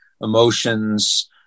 emotions